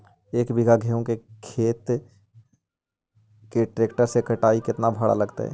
एक बिघा गेहूं के खेत के ट्रैक्टर से कटाई के केतना भाड़ा लगतै?